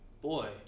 boy